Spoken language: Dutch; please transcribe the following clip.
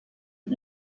het